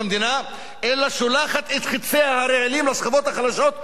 אלא שולחת את חציה הרעילים לשכבות החלשות כבר היום,